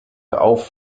auf